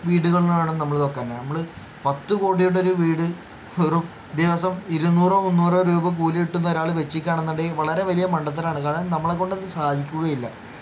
വീടുകളാണ് നമ്മൾ വയ്ക്കേണ്ടത് നമ്മൾ പത്ത് കോടിയുടെ വീട് വെറും ദിവസം ഇരുന്നൂറോ മുന്നൂറോ രൂപ കൂലി കിട്ടുന്ന ഒരാൾ വെച്ചിരിക്കുക ആണെന്ന് ഉണ്ടെങ്കിൽ വളരെ വലിയ മണ്ടത്തരമാണ് കാരണം നമ്മളെ കൊണ്ട് അത് സാധിക്കുകയില്ല